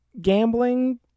gambling